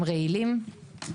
הם רעילים.